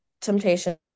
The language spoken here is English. temptation